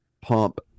pump